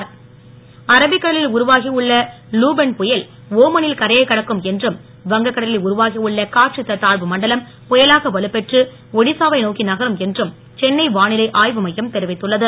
மழை அரபிக்கடலில் உருவாகி உள்ள லுபன் புயல் ஓமனில் கரையை கடக்கும் என்றும் வங்ககடலில் உருவாகி உள்ள காற்றழுத்த தாழ்வு மண்டலம் புயலாக வலுப்பெற்று ஒடிசாவை நோக்கி நகரும் என்றும் சென்னை வானிலை ஆய்வு மையம் தெரிவித்துள்ளது